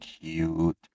cute